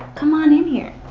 come on in here.